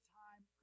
time